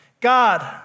God